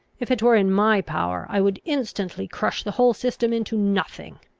if it were in my power i would instantly crush the whole system into nothing!